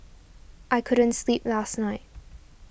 I couldn't sleep last night